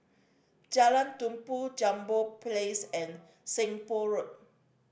Jalan Tumpu Jambol Place and Seng Poh Road